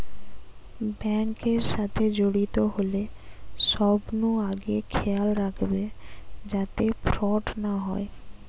bank এর সাথে জড়িত হলে সবনু আগে খেয়াল রাখবে যাতে ফ্রড না হয়